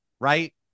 right